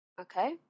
Okay